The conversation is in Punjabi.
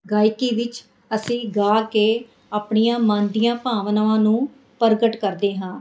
ਗਾਇਕੀ ਵਿੱਚ ਅਸੀਂ ਗਾ ਕੇ ਆਪਣੀਆਂ ਮਨ ਦੀਆਂ ਭਾਵਨਾਵਾਂ ਨੂੰ ਪ੍ਰਗਟ ਕਰਦੇ ਹਾਂ